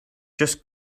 just